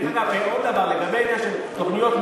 דרך אגב, עוד דבר, לגבי העניין של תוכנית מתאר: